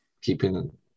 keeping